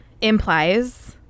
implies